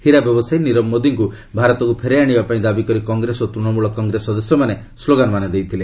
ହୀରା ବ୍ୟବସାୟୀ ନିରବ ମୋଦିଙ୍କୁ ଭାରତକୁ ଫେରାଇ ଆଣିବାପାଇଁ ଦାବି କରି କଂଗ୍ରେସ ଓ ତୃଣମୂଳ କଂଗ୍ରେସ ସଦସ୍ୟମାନେ ସ୍ଲୋଗାନମାନ ଦେଇଥିଲେ